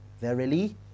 Verily